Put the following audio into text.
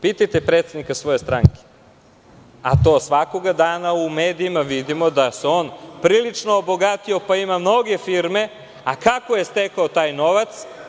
Pitajte predsednika svoje stranke, a svakoga dana u medijima vidimo da se on prilično obogatio, pa ima mnoge firme, a kako je stekao taj novac?